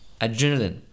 Adrenaline